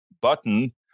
button